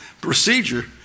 procedure